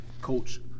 coach